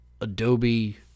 Adobe